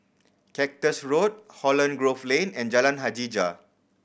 Cactus Road Holland Grove Lane and Jalan Hajijah